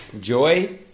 joy